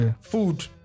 food